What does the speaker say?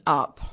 up